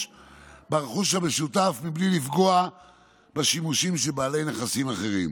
ברכוש המשותף מבלי לפגוע בשימושים של בעלי נכסים אחרים.